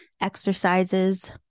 exercises